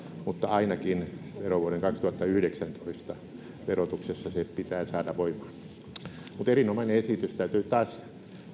mutta ainakin verovuoden kaksituhattayhdeksäntoista verotuksessa se pitää saada voimaan erinomainen esitys täytyy taas